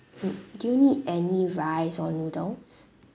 mm do you need any rice or noodles